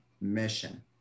mission